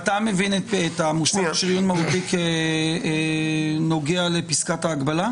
אתה מבין את המושג שריון מהותי כנוגע לפסקת ההגבלה.